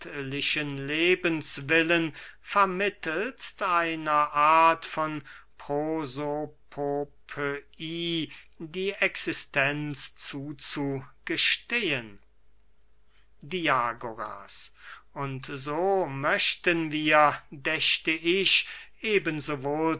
willen vermittelst einer art von prosopopöie die existenz zuzugestehen diagoras und so möchten wir dächte ich eben